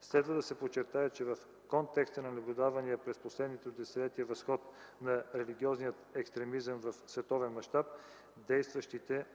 Следва да се подчертае, че в контекста на наблюдавания през последните десетилетия възход на религиозния екстремизъм в световен мащаб, действащите